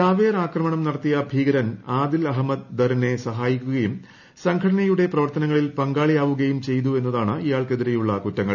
ചാവേർ ആക്രമണം നടത്തിയ ഭീകരൻ ആദിൽ അഹമ്മദ് ദറിനെ സഹായിക്കുകയും സംഘടനയുടെ പ്രവർത്തനങ്ങളിൽ പങ്കാളിയാവുകയും ചെയ്തു എന്നതാണ് ഇയാൾക്കെതിരെയുള്ള കുറ്റങ്ങൾ